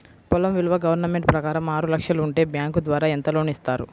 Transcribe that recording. పొలం విలువ గవర్నమెంట్ ప్రకారం ఆరు లక్షలు ఉంటే బ్యాంకు ద్వారా ఎంత లోన్ ఇస్తారు?